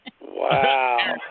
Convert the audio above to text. Wow